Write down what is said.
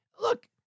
look